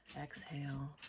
exhale